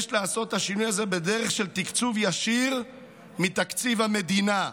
יש לעשות את השינוי הזה בדרך של תקצוב ישיר מתקציב המדינה,